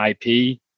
IP